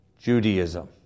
Judaism